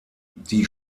die